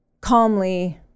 calmly